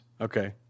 okay